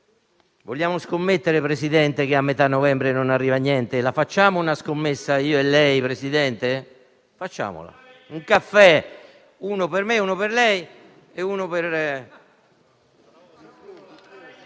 Vogliamo scommettere, signor Presidente, che a metà novembre non arriverà niente? La facciamo una scommessa io e lei, signor Presidente? Scommettiamo un caffè: uno per me, uno per lei e uno per